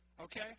Okay